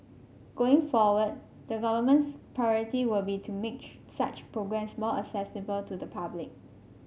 going forward the government's priority will be to make such programmes more accessible to the public